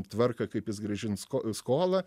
tvarką kaip jis grąžins skolą